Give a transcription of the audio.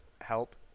help